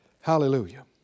Hallelujah